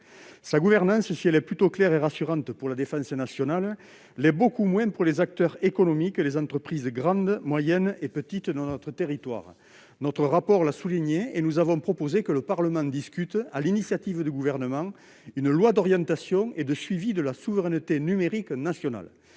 Sa gouvernance, si elle est plutôt claire et rassurante pour la défense nationale, l'est beaucoup moins pour les acteurs économiques, les entreprises, grandes, moyennes et petites, dans notre territoire. Notre rapport l'a souligné et nous avons proposé que le Parlement discute, sur l'initiative du Gouvernement, une loi d'orientation et de suivi de la souveraineté numérique nationale.